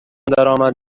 درآمد